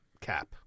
cap